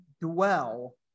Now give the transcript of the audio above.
dwell